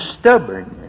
stubbornness